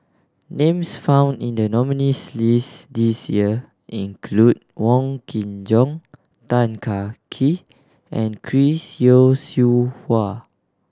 names found in the nominees' list this year include Wong Kin Jong Tan Kah Kee and Chris Yeo Siew Hua